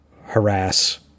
harass